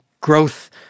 growth